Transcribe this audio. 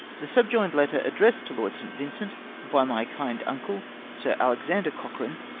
the subjoined letter addi-essed to lord st. vincent by my kind uncle sir alexander cochrane,